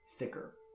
Thicker